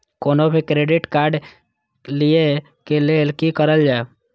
कोनो भी credit card लिए के लेल की करल जाय?